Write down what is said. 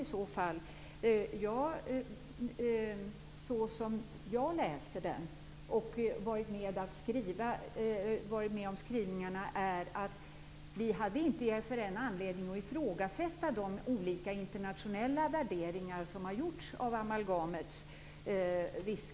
När det gäller hur jag läser den och det sätt som jag har varit med om att formulera skrivningarna på hade vi i FRN inte anledning att ifrågasätta de olika internationella värderingar som har gjorts av riskerna med amalgam.